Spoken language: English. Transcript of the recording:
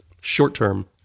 short-term